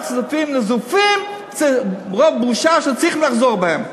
כספים נזופים מרוב בושה שהם צריכים לחזור בהם.